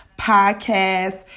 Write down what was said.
Podcast